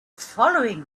following